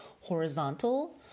horizontal